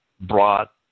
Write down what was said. brought